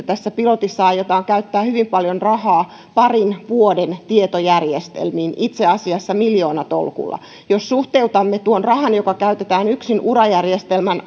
tässä pilotissa aiotaan käyttää hyvin paljon rahaa parin vuoden tietojärjestelmiin itse asiassa miljoonatolkulla jos suhteutamme tuon rahan joka käytetään yksin urajärjestelmän